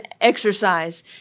exercise